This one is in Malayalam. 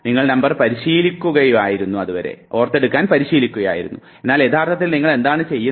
നിങ്ങൾ നമ്പർ പരിശീലിക്കുകയായിരുന്നു എന്നാൽ യഥാർത്ഥത്തിൽ നിങ്ങൾ എന്താണ് ചെയ്യുന്നത്